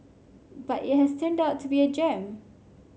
but it has turned out to be a gem